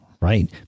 right